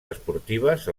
esportives